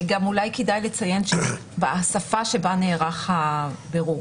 אולי כדאי לציין את השפה בה נערך הבירור.